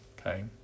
okay